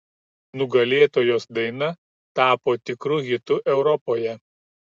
nugalėtojos daina tapo tikru hitu europoje